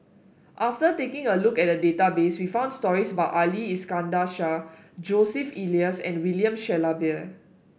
after taking a look at the database we found stories about Ali Iskandar Shah Joseph Elias and William Shellabear